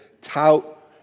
tout